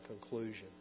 conclusion